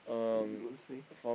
wait you don't say